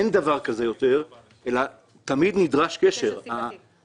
אין דבר כזה יותר אלא תמיד נדרש קשר סיבתי